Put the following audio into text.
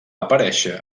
aparèixer